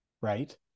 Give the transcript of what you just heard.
right